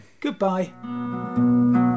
Goodbye